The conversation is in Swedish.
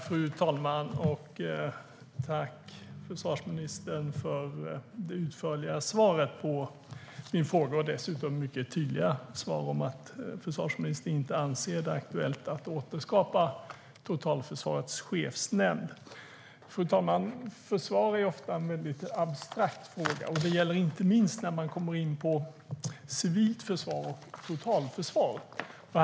Fru talman! Tack, försvarsministern, för det utförliga svaret! Det var dessutom mycket tydligt; försvarsministern anser det inte vara aktuellt att återskapa Totalförsvarets chefsnämnd. Fru talman! Försvar är ofta ett mycket abstrakt begrepp. Det gäller inte minst när man kommer in på civilt försvar och totalförsvar.